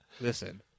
listen